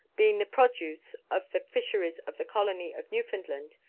being the produce of the fisheries of the colony of newfoundland,